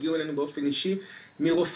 הגיעו אלינו באופן אישי מרופאים,